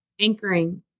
anchoring